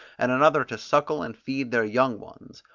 and another to suckle and feed their young ones.